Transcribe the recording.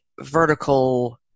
vertical